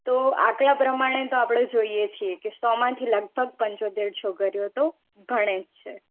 તો આંકડા પ્રમાણે તો આપણે જોઇએ છીએ કે સોમાંથી લગભગ પંચોતેર છોકરીઓ તો ભણે જ છે